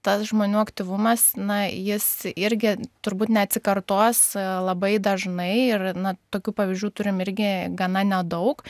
tas žmonių aktyvumas na jis irgi turbūt neatsikartos labai dažnai ir na tokių pavyzdžių turim irgi gana nedaug